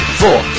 four